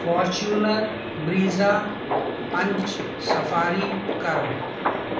Fortuner Brezza Punch Safari کرو